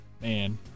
Man